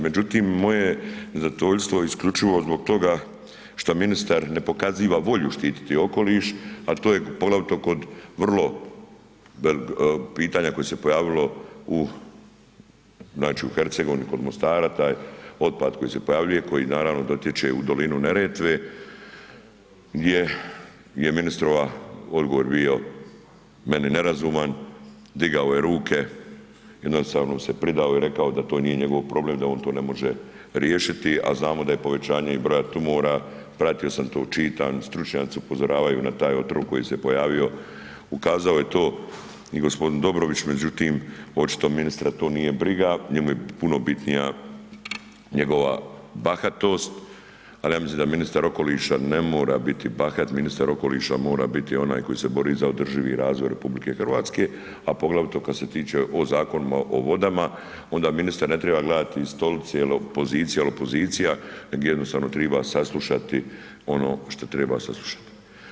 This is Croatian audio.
Međutim, moje je zadovoljstvo isključivo zbog toga šta ministar ne pokaziva volju štititi okoliš, a to je poglavito kod vrlo, pitanja koje se pojavilo znači u Hercegovini, kod Mostara, taj otpad koji se pojavljuje, koji naravno dotječe u dolinu Neretve gdje, gdje je ministrova odgovor bio meni nerazuman, digao je ruke, jednostavno se pridao i rekao da to nije njegov problem, da on to ne može riješiti, a znamo da je povećanje i broja tumora, pratio sam to, čitam, stručnjaci upozoravaju na taj otrov koji se pojavio, ukazao je to i g. Dobrović, međutim, očito ministra to nije briga, njemu je puno bitnija njegova bahatost, al ja mislim da ministar okoliša ne mora biti bahat, ministar okoliša mora biti onaj koji se bori za održivi razvoj RH, a poglavito kad se tiče o Zakonima o vodama, onda ministar ne treba gledati stolice il opozicije jel opozicija je jednostavno triba saslušati ono šta treba saslušat.